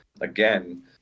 Again